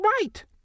right